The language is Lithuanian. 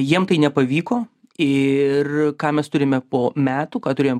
jiem tai nepavyko ir ką mes turime po metų ką turėjom